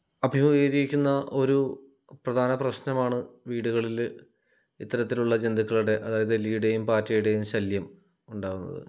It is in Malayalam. അഭിമുഖീകരിക്കുന്ന ഒരു പ്രധാന പ്രശ്നമാണ് വീടുകളിൽ ഇത്തരത്തിലുള്ള ജന്തുക്കളുടെ അതായത് എലിയുടെയും പാറ്റയുടെയും ശല്യം ഉണ്ടാവുന്നത്